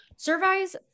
Surveys